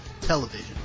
television